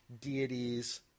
deities